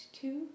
two